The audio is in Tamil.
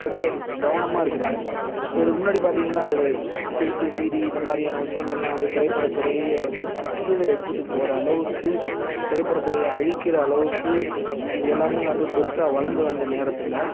ரொம்ப கவனமாக இருக்கிறாங்க ஸோ இதுக்கு முன்னாடி பார்த்திங்கன்னா திருட்டு சிடி இதுமாதிரியானா விஷயங்கள் எல்லாம் வந்து திரைப்பட துறையையே வந்து கீழே எடுத்துட்டு போகிற அளவுக்கு திரைப்பட துறையை அழிக்கிற அளவுக்கு இது எல்லாமே வந்து பெருசாக வளர்ந்து வந்த நேரத்தில்